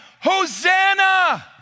Hosanna